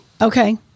Okay